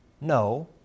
no